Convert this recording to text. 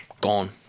gone